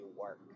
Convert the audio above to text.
work